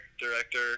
director